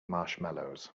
marshmallows